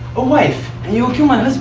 a wife and you